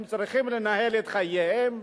הם צריכים לנהל את חייהם,